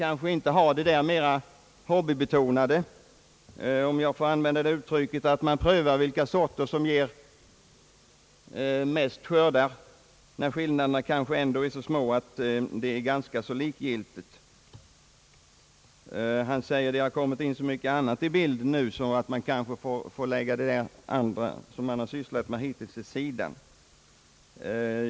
Man får inte ha den där hobbybetonade metoden — om jag får använda det uttrycket — att man prövar vilka sorter som ger de största skördarna, när skillnaderna ändå är så små att det är ganska likgiltigt vilken sort man använder. Han säger vidare att det nu kommit in så mycket annat i bilden att man kanske får lägga det man sysslat med hittills åt sidan.